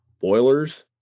boilers